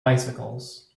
bicycles